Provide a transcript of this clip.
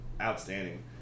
outstanding